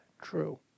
true